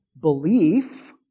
belief